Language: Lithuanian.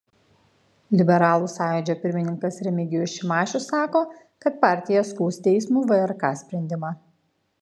liberalų sąjūdžio pirmininkas remigijus šimašius sako kad partija skųs teismui vrk sprendimą